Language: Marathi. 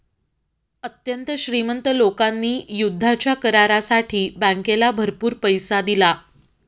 अत्यंत श्रीमंत लोकांनी युद्धाच्या करारासाठी बँकेला भरपूर पैसा दिला